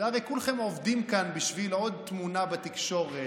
הרי כולכם עובדים כאן בשביל עוד תמונה בתקשורת,